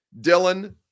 Dylan